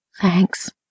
Thanks